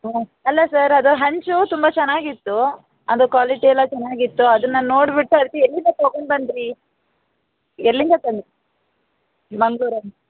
ಹಾಂ ಅಲ್ಲ ಸರ್ ಅದು ಹಂಚು ತುಂಬ ಚೆನ್ನಾಗಿತ್ತು ಅದರ ಕ್ವಾಲಿಟಿ ಎಲ್ಲ ಚೆನ್ನಾಗಿತ್ತು ಅದನ್ನ ನೋಡಿಬಿಟ್ಟು ಅದು ಎಲ್ಲಿಂದ ತಗೊಂಡು ಬಂದಿರಿ ಎಲ್ಲಿಂದ ತಂದು ಮಂಗಳೂರಾ